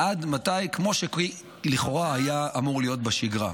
כמו שלכאורה היה אמור להיות בשגרה.